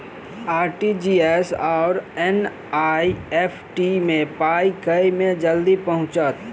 RTGS आओर NEFT मे पाई केँ मे जल्दी पहुँचत?